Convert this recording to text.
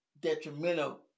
detrimental